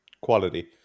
quality